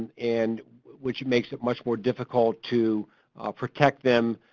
and which makes it much more difficult to protect them